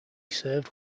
served